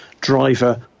driver